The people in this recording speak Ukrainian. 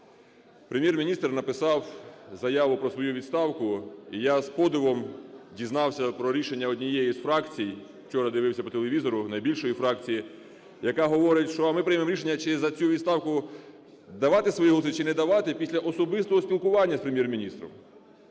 Прем'єр-міністр написав заяву про свою відставку. І я з подивом дізнався про рішення однієї з фракцій, вчора дивився по телевізору, найбільшої фракції, яка говорить, що, а ми приймемо рішення за цю відставку давати свої голоси чи не давати після особистого спілкування з Прем'єр-міністром.